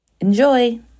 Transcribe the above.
Enjoy